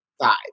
five